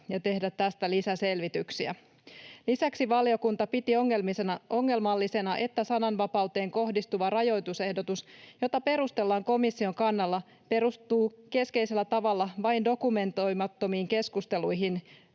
ja tehdä tästä lisäselvityksiä. Lisäksi valiokunta piti ongelmallisena, että sananvapauteen kohdistuva rajoitusehdotus, jota perustellaan komission kannalla, perustuu keskeisellä tavalla vain dokumentoimattomiin keskusteluihin